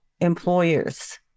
employers